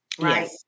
right